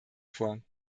vor